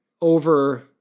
over